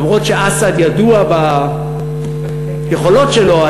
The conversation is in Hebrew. אף שאסד ידוע ביכולות שלו,